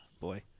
boy